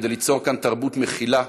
כדי ליצור כאן תרבות מכילה,